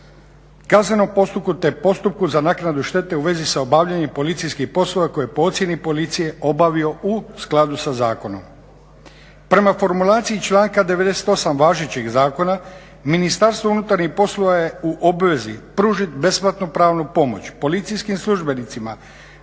kaznenom postupku te postupku za naknadu štete u vezi sa obavljanjem policijskih poslova koji je po ocjeni policije obavio u skladu sa zakonom. Prema formulaciji članka 98. važećeg zakona Ministarstvo unutarnjih poslova je u obvezi pružiti besplatnu pravnu pomoć policijskim službenicima,